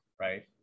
right